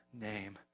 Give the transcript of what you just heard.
name